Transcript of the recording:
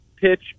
pitch